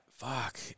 fuck